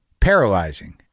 paralyzing